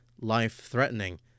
life-threatening